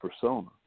persona